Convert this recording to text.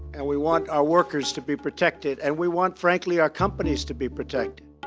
and we want our workers to be protected and we want, frankly, our companies to be protected.